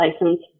license